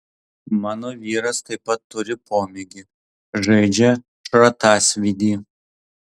mano vyras taip pat turi pomėgį žaidžia šratasvydį